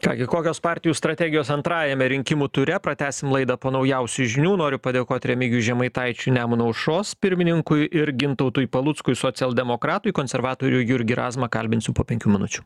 ką gi kokios partijų strategijos antrajame rinkimų ture pratęsim laidą po naujausių žinių noriu padėkot remigijui žemaitaičiui nemuno aušros pirmininkui ir gintautui paluckui socialdemokratui konservatorių jurgį razmą kalbinsiu po penkių minučių